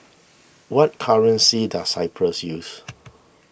what currency does Cyprus use